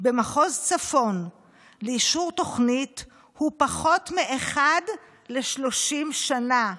במחוז צפון לאישור תוכנית הוא פחות מאחד ל-30 שנה.